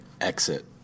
exit